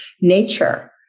Nature